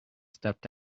stepped